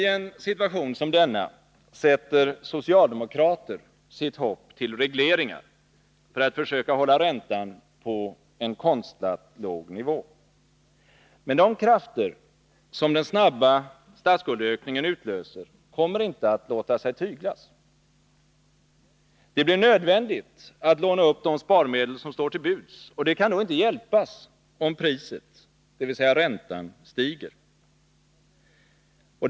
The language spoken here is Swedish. Ten situation som denna sätter socialdemokrater sitt hopp till regleringar för att försöka hålla räntan på en konstlat låg nivå. Men de krafter som den snabba statsskuldökningen utlöser kommer inte att låta sig tyglas. Det blir nödvändigt att låna upp de sparmedel som står till buds, och det kan då inte hjälpas om priset, dvs. räntan, stiger.